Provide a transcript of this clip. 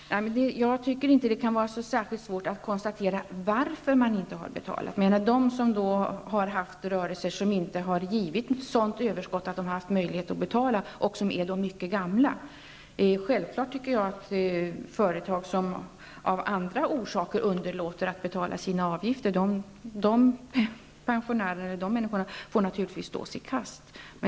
Herr talman! Jag tycker inte att det skall vara så särskilt svårt att konstatera varför man inte har betalt. Det kan vara människor som har haft en rörelse, som inte har givit ett sådant överskott att de har haft möjlighet att betala och som är mycket gamla. Självklart tycker jag att de som av andra orsaker har underlåtit att betala sina avgifter får stå sitt kast.